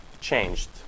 changed